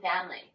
family